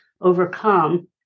overcome